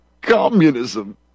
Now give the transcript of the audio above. communism